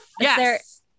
Yes